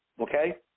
Okay